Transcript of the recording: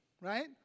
right